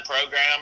program